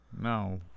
no